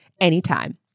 anytime